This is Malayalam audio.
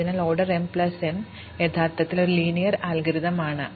അതിനാൽ ഓർഡർ m പ്ലസ് n യഥാർത്ഥത്തിൽ ഒരു ലീനിയർ അൽഗോരിതം ആണ്